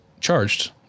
charged